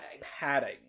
padding